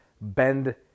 bend